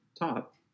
top